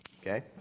Okay